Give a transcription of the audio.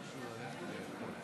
ואני מברך אותו על כך,